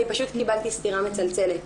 אני פשוט קיבלתי סטירה מצלצלת.